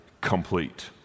complete